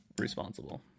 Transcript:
responsible